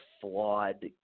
flawed